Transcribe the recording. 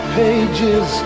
pages